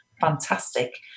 fantastic